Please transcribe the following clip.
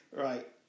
right